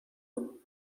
you